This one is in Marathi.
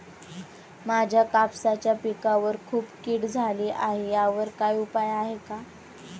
माझ्या कापसाच्या पिकावर खूप कीड झाली आहे यावर काय उपाय आहे का?